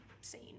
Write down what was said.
scene